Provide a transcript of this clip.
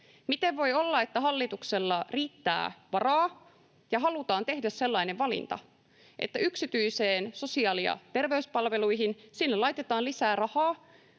Miten voi olla, että hallituksella riittää varaa ja halutaan tehdä sellainen valinta, että yksityisiin sosiaali- ja terveyspalveluihin laitetaan lisää rahaa,